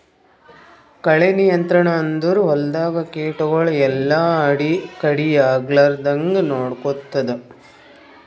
ಕಳೆ ನಿಯಂತ್ರಣ ಅಂದುರ್ ಹೊಲ್ದಾಗ ಕೀಟಗೊಳ್ ಎಲ್ಲಾ ಕಡಿ ಆಗ್ಲಾರ್ದಂಗ್ ನೊಡ್ಕೊತ್ತುದ್